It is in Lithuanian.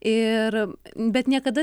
ir bet niekada